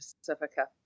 Pacifica